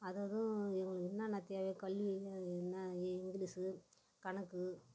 அததும் இவங்களுக்கு என்னென்ன தேவையோ கல்வி என்ன இ இங்கிலீஷு கணக்கு